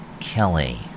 Kelly